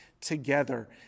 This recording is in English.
together